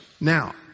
Now